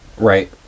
Right